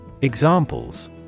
Examples